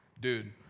dude